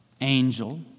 angel